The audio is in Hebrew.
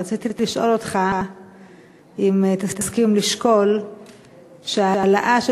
רציתי לשאול אותך אם תסכים לשקול שההעלאה של